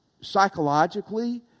Psychologically